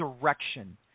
direction